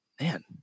Man